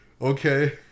okay